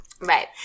Right